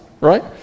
right